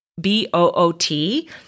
B-O-O-T